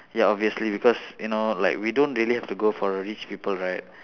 ya obviously because you know like we don't really have to go for rich people right